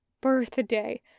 birthday